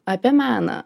apie meną